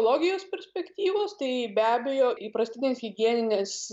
logijos perspektyvos tai be abejo įprastinės higieninės